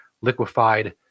liquefied